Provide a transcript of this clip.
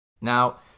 Now